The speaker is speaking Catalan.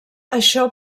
això